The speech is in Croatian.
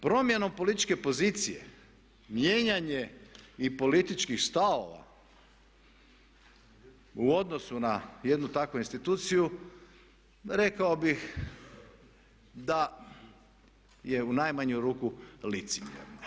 Promjenom političke pozicije, mijenjanje i političkih stavova u odnosu na jednu takvu instituciju rekao bih da je u najmanju ruku licemjerno.